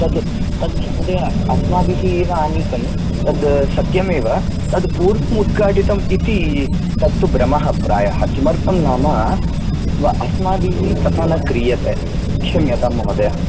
तद् तद् महोदय अस्माभिः एव आनीतं तद् सत्यमेव तद् पूर्णमुद्घाटितम् इति तत्तु भ्रमः प्रायः किमर्थं नाम अस्माभिः तथा न क्रियते क्षम्यतां महोदय